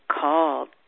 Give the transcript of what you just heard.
called